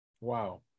Wow